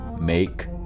make